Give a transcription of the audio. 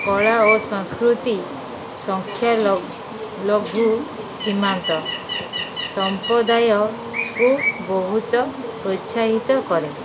କଳା ଓ ସଂସ୍କୃତି ସଂଖ୍ୟା ଲ ଲଘୁ ସୀମାନ୍ତ ସମ୍ପ୍ରଦାୟକୁ ବହୁତ ପ୍ରୋତ୍ସାହିତ କରେ